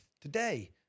Today